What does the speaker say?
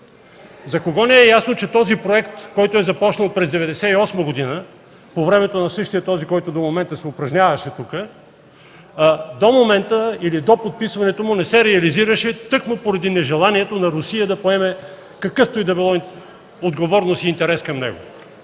За кого не е ясно, че този проект, който е започнал през 1998 г. – по времето на същия този, който до момента се упражняваше тука, до момента или до подписването му не се реализираше тъкмо поради нежеланието на Русия да поеме каквато и да е отговорност и интерес към него.